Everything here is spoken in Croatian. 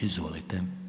Izvolite.